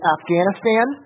Afghanistan